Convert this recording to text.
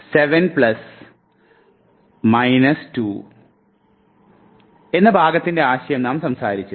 7 plus minus 2 എന്ന ഭാഗത്തിൻറെ ആശയം നാം സംസാരിച്ചിരുന്നു